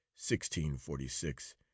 1646